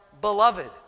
beloved